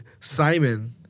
Simon